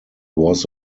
was